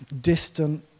distant